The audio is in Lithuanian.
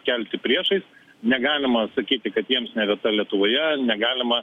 kelti priešais negalima sakyti kad jiems ne vieta lietuvoje negalima